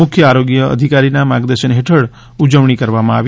મુખ્ય આરોગ્ય અધિકારીના માર્ગદર્શન હેઠળ ઉજવણી કરવામાં આવી